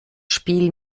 spiel